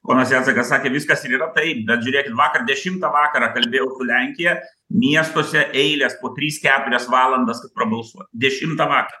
ponas jacekas sakė viskas ir yra taip bet žiūrėkit vakar dešimtą vakaro kalbėjau lenkija miestuose eilės po tris keturias valandas kad prabalsuot dešimtą vakaro